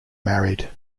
married